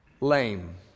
lame